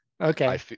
Okay